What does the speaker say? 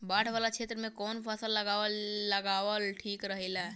बाढ़ वाला क्षेत्र में कउन फसल लगावल ठिक रहेला?